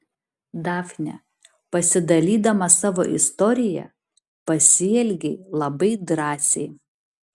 dafne pasidalydama savo istorija pasielgei labai drąsiai